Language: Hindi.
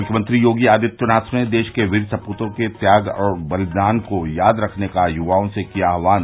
मुख्यमंत्री योगी आदित्यनाथ ने देश के वीर सपूतों के त्याग और बलिदान को याद रखने का युवाओं से किया आह्वान